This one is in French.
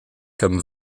comme